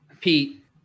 Pete